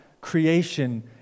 creation